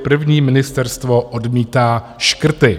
První ministerstvo odmítá škrty.